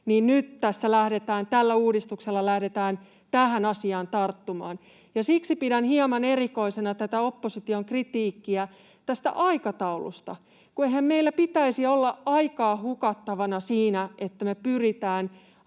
niin nyt tällä uudistuksella lähdetään tähän asiaan tarttumaan. Siksi pidän hieman erikoisena tätä opposition kritiikkiä tästä aikataulusta, kun eihän meillä pitäisi olla aikaa hukattavana siinä, että me pyritään